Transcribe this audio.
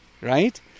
right